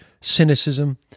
cynicism